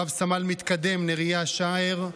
רב-סמל מתקדם נריה שאער,